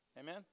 amen